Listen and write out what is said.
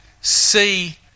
see